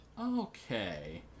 Okay